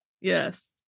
Yes